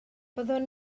byddwn